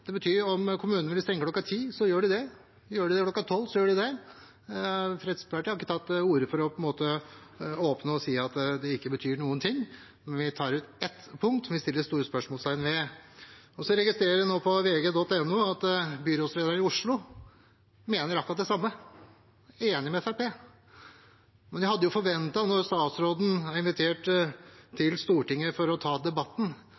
Det betyr at om kommunene vil stenge kl. 22, gjør de det. Vil de stenge kl. 24, gjør de det. Fremskrittspartiet har ikke tatt til orde for å åpne opp og si at det ikke betyr noen ting, men vi tar ett punkt som vi setter store spørsmålstegn ved. Så registrerer jeg nå på vg.no at byrådslederen i Oslo mener akkurat det samme. Han er enig med Fremskrittspartiet. Men jeg hadde forventet at når statsråden er invitert til Stortinget for å ta debatten,